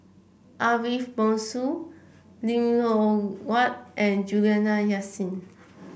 Ariff Bongso Lim Loh Huat and Juliana Yasin